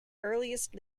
earliest